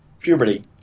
puberty